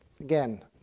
Again